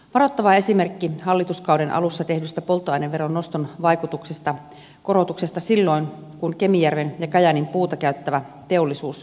varoittava esimerkki hallituskauden alussa tehdyn polttoaineveron noston vaikutuksesta korotuksesta oli silloin kun kemijärven ja kajaanin puuta käyttävä teollisuus lakkasi